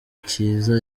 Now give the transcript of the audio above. cyiza